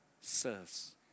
serves